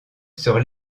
sur